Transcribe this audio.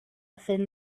thin